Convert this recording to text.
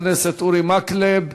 חבר הכנסת אורי מקלב.